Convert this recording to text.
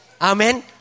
Amen